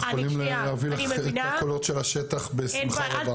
אנחנו יכולים להביא לך את הקולות של השטח בשמחה רבה.